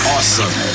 Awesome